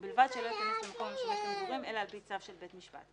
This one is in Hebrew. ובלבד שלא ייכנס למקום המשמש למגורים אלא על פי צו של בית משפט.